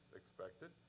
expected